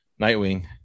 Nightwing